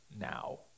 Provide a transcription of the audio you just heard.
now